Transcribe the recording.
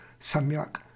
samyak